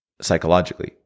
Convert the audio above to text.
psychologically